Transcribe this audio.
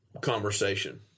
conversation